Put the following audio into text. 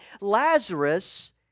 Lazarus